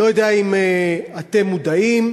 אני לא יודע אם אתם מודעים,